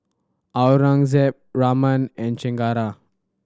Aurangzeb Raman and Chengara